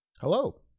hello